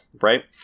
right